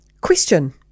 question